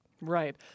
Right